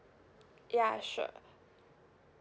ya sure